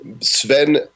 Sven